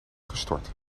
gestort